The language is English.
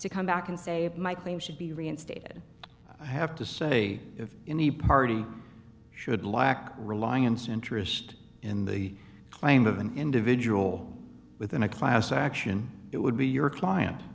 to come back and say it my claim should be reinstated i have to say if any party should lack reliance interest in the claim of an individual within a class action it would be your client